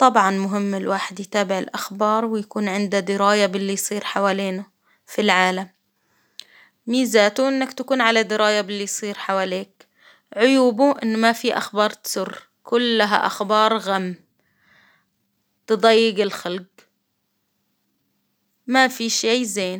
طبعا مهم الواحد يتابع الأخبار ويكون عنده دراية باللي يصير حوالينا في العالم، ميزاته إنك تكون على دراية باللي يصير حواليك، عيوبه إنه ما في أخبار تسر، كلها أخبار غم تضيق الخلق، ما في شي زين.